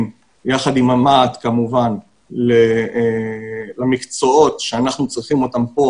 יחד עם המ"ט כמובן למקצועות שאנחנו צריכים אותם פה